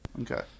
Okay